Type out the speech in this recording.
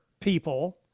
people